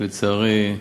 שלצערי,